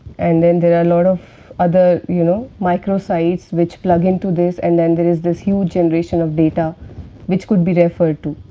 and then there are lots of other you know micro sites, which plug into this, and then there is this huge generation of data which could be referred to.